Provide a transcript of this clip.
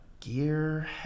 Gear